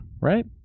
Right